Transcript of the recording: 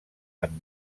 amb